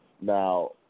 Now